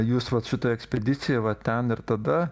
jūs vat šitoj ekspedicijoj va ten ir tada